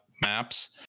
maps